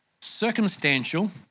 circumstantial